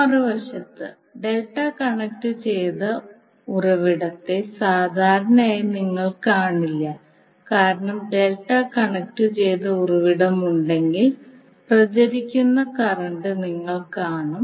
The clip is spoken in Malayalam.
മറുവശത്ത് ഡെൽറ്റ കണക്റ്റുചെയ്ത ഉറവിടത്തെ സാധാരണയായി നിങ്ങൾ കാണില്ല കാരണം ഡെൽറ്റ കണക്റ്റുചെയ്ത ഉറവിടമുണ്ടെങ്കിൽ പ്രചരിക്കുന്ന കറന്റ് നിങ്ങൾ കാണും